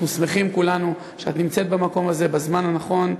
אנחנו שמחים כולנו שאת נמצאת במקום הזה בזמן הנכון,